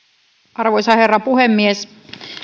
arvoisa herra puhemies